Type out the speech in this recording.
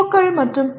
க்கள் மற்றும் பி